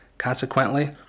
Consequently